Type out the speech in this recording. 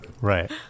Right